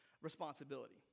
responsibility